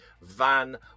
Van